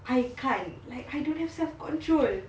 I can't like I don't have self control